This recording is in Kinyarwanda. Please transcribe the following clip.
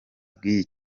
bw’iyi